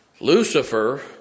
Lucifer